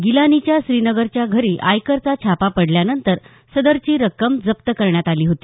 गिलानीच्या श्रीनगरच्या घरी आयकरचा छापा पडल्यानंतर सदरची रक्कम जप्त करण्यात आली होती